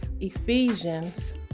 Ephesians